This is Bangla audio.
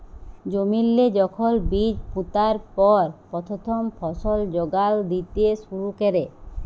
জমিল্লে যখল বীজ পুঁতার পর পথ্থম ফসল যোগাল দ্যিতে শুরু ক্যরে